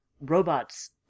Robots